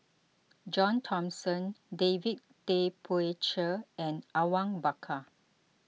John Thomson David Tay Poey Cher and Awang Bakar